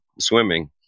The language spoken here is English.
swimming